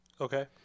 Okay